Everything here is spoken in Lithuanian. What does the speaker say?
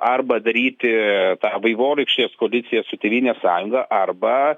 arba daryti tą vaivorykštės koaliciją su tėvynės sąjunga arba